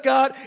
God